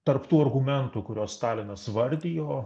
tarp tų argumentų kuriuos stalinas vardijo